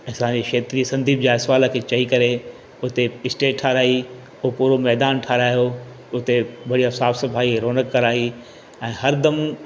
असांजे खेत्रीय संदीप जैसवाल खे चई करे हुते स्टेज ठाराहीं उहो पुरो मैदान ठाराहियो उते बढ़िया साफ़ु सफ़ाई रोड कराई ऐं हर दमि